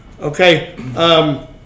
Okay